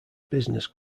business